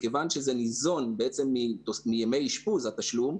מכיוון שהתשלום ניזון מימי אשפוז,